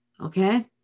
Okay